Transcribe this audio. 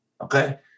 okay